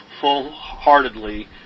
full-heartedly